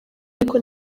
ariko